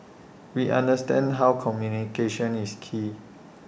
we understand how communication is key